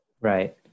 Right